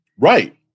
right